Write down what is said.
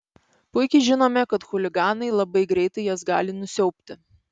puikiai žinome kad chuliganai labai greitai jas gali nusiaubti